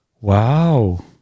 Wow